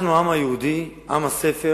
אנחנו העם היהודי, עם הספר,